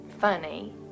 funny